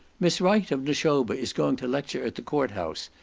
miss wright, of nashoba, is going to lecture at the court-house,